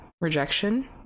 rejection